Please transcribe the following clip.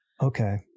okay